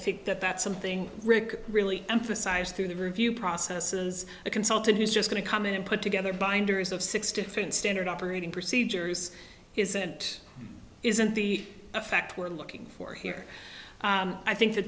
think that that's something rick really emphasized through the review processes a consultant who's just going to come in and put together binders of six different standard operating procedures isn't isn't the effect we're looking for here i think the